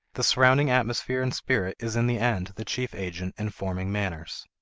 the surrounding atmosphere and spirit is in the end the chief agent in forming manners.